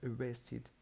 arrested